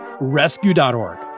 rescue.org